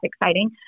exciting